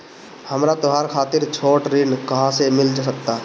हमरा त्योहार खातिर छोट ऋण कहाँ से मिल सकता?